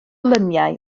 luniau